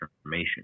information